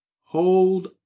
Hold